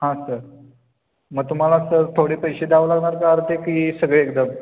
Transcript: हां सर मग तुम्हाला सर थोडे पैसे द्यावं लागणार का अर्थे की सगळे एकदम